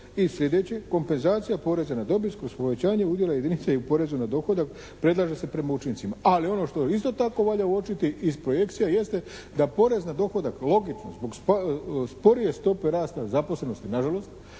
I sljedeće, kompenzacija poreza na dobit kroz povećanje udjela jedinica i porezu na dohodak predlaže se prema učincima. Ali ono što isto tako valja uočiti iz projekcija jeste da porez na dohodak logično, zbog sporije stope rasta zaposlenosti, nažalost,